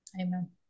Amen